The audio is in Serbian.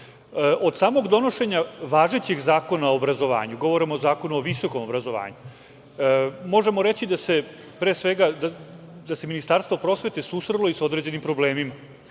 samog donošenja važećeg Zakona o obrazovanju, govorim o Zakonu o visokom obrazovanju, možemo reći da se Ministarstvo prosvete susrelo i sa određenim problemima.